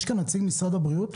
יש נציג ממשרד הבריאות?